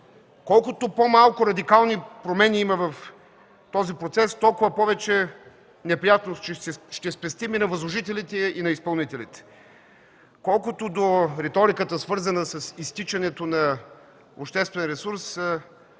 Колкото по-малко радикални промени има в този процес, толкова повече неприятности ще спестим и на възложителите, и на изпълнителите. Колкото до риториката, свързана с изтичането на обществен ресурс,